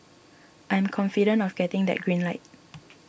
I am confident of getting that green light